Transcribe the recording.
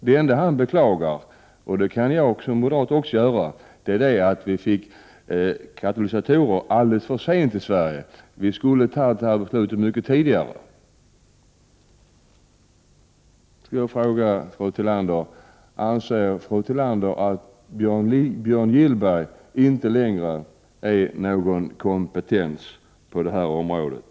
Det enda som han beklagar, och det kan jag med utgångspunkt i min moderata uppfattning också göra, är att vi i Sverige fick katalysatorerna alldeles för sent. Vi skulle ha fattat beslutet långt tidigare. Anser fru Tillander att Björn Gillberg inte längre är någon kompetens på detta område?